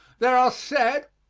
there are said,